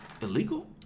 illegal